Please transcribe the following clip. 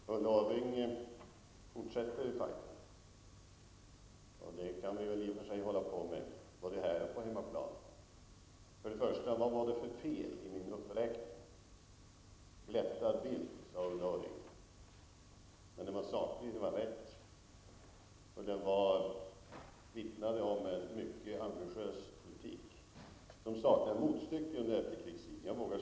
Herr talman! Ulla Orring fortsätter som tidigare, och vi kan för all del hålla på med det här, både här och på hemmaplan. Vad var det för fel i min uppräkning? Ulla Orring sade att jag gav en glättat bild. Vad jag sade var sakligt och riktigt, och det vittnade om en mycket ambitiös politik, som jag vågar påstå saknar motstycke under efterkrigstiden.